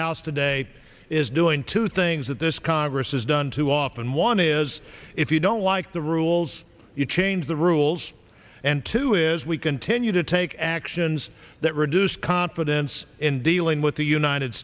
house today is doing two things that this congress has done too often one is if you don't like the rules you change the rules and two is we continue to take actions that reduce confidence in dealing with the united